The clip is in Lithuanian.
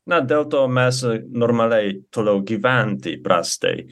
na dėl to mes normaliai toliau gyventi prastai